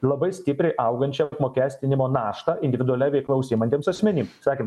labai stipriai augančią apmokestinimo naštą individualia veikla užsiimantiems asmenim sakėm